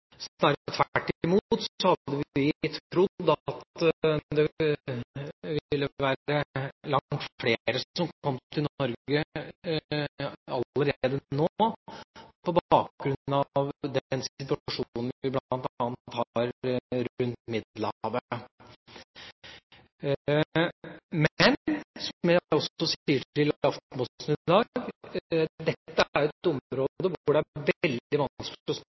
at det ville være langt flere som kom til Norge allerede nå, på bakgrunn av den situasjonen vi bl.a. har rundt Middelhavet. Men, som jeg også sier til Aftenposten i dag, dette er et område hvor det er veldig vanskelig